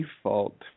default